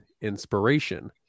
Inspiration